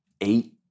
eight